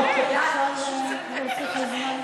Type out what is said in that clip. אפשר להוסיף לזמן?